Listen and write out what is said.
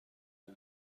این